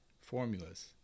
formulas